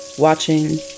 watching